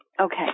Okay